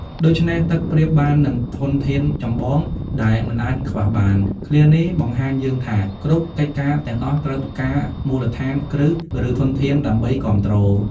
ដូច្នេះ ទឹកប្រៀបបាននឹងធនធានចម្បងដែលមិនអាចខ្វះបាន ឃ្លានេះបង្រៀនយើងថា គ្រប់កិច្ចការទាំងអស់ត្រូវការមូលដ្ឋានគ្រឹះ ឬធនធាន ដើម្បីគាំទ្រ។